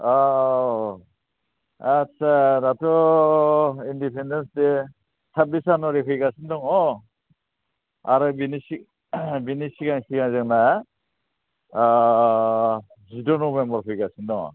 औ आदसा दाथ' इन्डिपेन्डेन्स डे साब्बिस जानुवारि फैगासिनो दङ आरो बिनि बिनि सिगां सिगां जोंना जिद' नबेम्बर फैगासिनो दङ